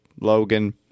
logan